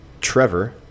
Trevor